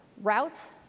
routes